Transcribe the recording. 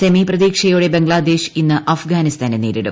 semi പ്രതീക്ഷയോടെ ബംഗ്ലാദേശ് ഇന്ന് അഫ്ഗാനിസ്ഥാനെ നേരിടും